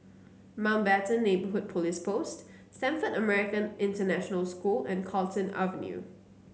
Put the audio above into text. Mountbatten Neighbourhood Police Post Stamford American International School and Carlton Avenue